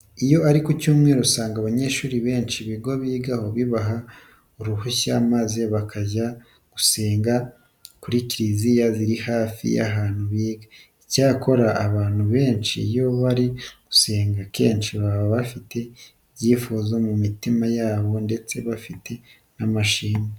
Iyo ari ku cyumweru usanga abanyeshuri benshi ibigo bigaho bibaha uruhushya maze bakajya gusengera kuri kiliziya ziri hafi y'ahantu biga. Icyakora abantu benshi iyo bari gusenga, akenshi baba bafite ibyifuzo mu mitima yabo ndetse bafite n'amashimwe.